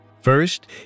First